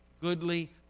goodly